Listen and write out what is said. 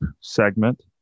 segment